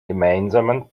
gemeinsamen